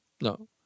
No